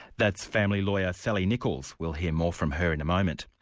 that's family lawyer, sally nicholes. we'll hear more from her in a moment.